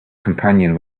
companion